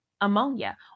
ammonia